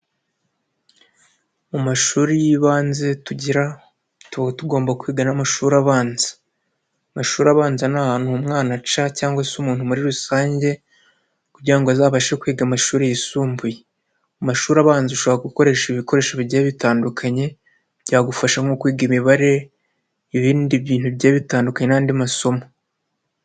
Mu mashuri y'ibanze tugira tuba tugomba kwiga n'amashuri abanza, mashuri abanza ni ahantu umwana aca cyangwa se umuntu muri rusange kugirango ngo azabashe kwiga amashuri yisumbuye, amashuri abanza ushobora gukoresha ibikoresho bigiye bitandukanye byagufasha nko kwiga imibare, ibindi bintu bigiye bitandukanye n'andi masomo.